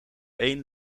één